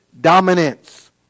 dominance